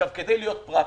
כדי להיות פרקטיים,